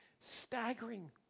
staggering